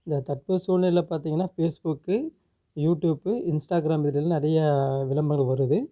இந்த தற்போது சூழ்நிலை பார்த்திங்கனா ஃபேஸ்புக்கு யூடியூபு இன்ஸ்டாகிராம் இதில் நிறையா விளம்பரம் வருது